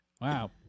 Wow